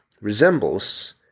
resembles